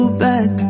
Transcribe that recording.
back